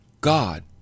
God